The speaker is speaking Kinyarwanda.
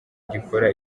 gikora